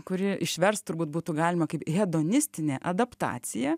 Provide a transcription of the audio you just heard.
kurį išverst turbūt būtų galima kaip hedonistinė adaptacija